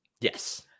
Yes